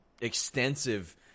extensive